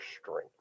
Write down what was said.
strength